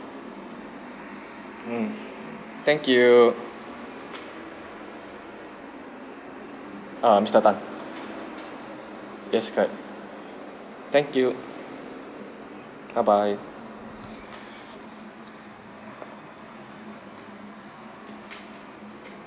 mm thank you uh mister tan yes correct thank you bye bye